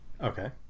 Okay